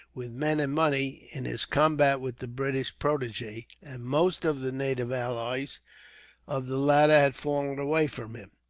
with men and money, in his combat with the british protege and most of the native allies of the latter had fallen away from him.